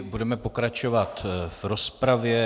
Budeme pokračovat v rozpravě.